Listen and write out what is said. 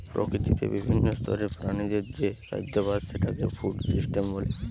প্রকৃতিতে বিভিন্ন স্তরের প্রাণীদের যে খাদ্যাভাস সেটাকে ফুড সিস্টেম বলে